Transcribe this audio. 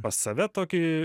pas save tokį